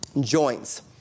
joints